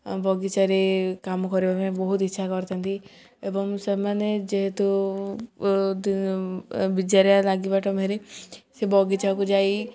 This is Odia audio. ବଗିଚାରେ କାମ କରିବା ପାଇଁ ବହୁତ ଇଚ୍ଛା କରିଥାନ୍ତି ଏବଂ ସେମାନେ ଯେହେତୁ ବିଜାରିଆ ଲାଗିବାଟା ଭାରି ସେ ବଗିଚାକୁ ଯାଇ